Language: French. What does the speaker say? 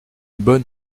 bonne